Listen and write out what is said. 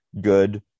good